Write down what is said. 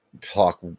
talk